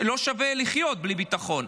לא שווה לחיות בלי ביטחון.